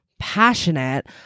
passionate